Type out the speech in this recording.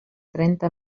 trenta